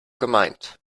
gemeint